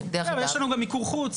בסדר, אבל יש לנו גם מיקור חוץ.